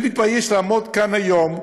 אני מתבייש לעמוד כאן היום,